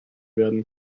werden